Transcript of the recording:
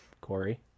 Corey